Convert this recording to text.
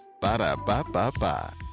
Ba-da-ba-ba-ba